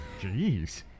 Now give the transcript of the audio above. Jeez